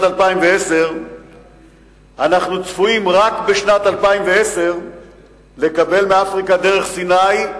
2010 אנחנו צפויים רק בשנת 2010 לקבל מאפריקה דרך סיני,